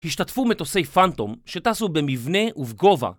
השתתפו מטוסי פאנטום שטסו במבנה ובגובה